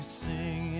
sing